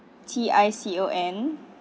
T I C O N